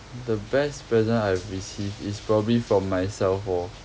the best present I've received is probably from myself lor